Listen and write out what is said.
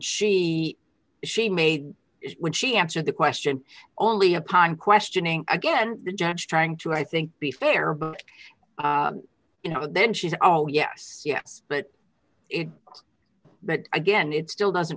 she she made when she answered the question only upon questioning again the judge trying to i think be fair you know then she said oh yes yes but it but again it still doesn't